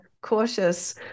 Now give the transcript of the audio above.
cautious